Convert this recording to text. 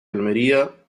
almería